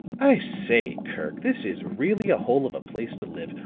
i say, kirk, this is really a hole of a place to live!